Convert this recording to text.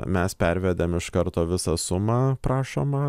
mes pervedėm iš karto visą sumą prašomą